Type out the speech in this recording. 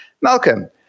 Malcolm